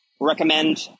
Recommend